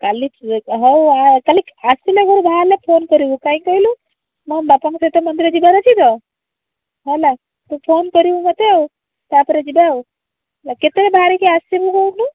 କାଲି ଠାରୁ ହେଉ ଆ କାଲି ଆସିଲେ ଘରୁ ବାହାରିଲେ ଫୋନ କରିବୁ କାହିଁକି କହିଲୁ ମୋ ବାପାଙ୍କ ସହିତ ମନ୍ଦିର ଯିବାର ଅଛି ତ ହେଲା ତୁ ଫୋନ କରିବୁ ମୋତେ ଆଉ ତା'ପରେ ଯିବା ଆଉ କେତେବେଳେ ବାହାରିକି ଆସିବୁ କହୁନୁ